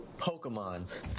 Pokemon